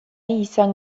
izan